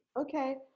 Okay